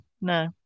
no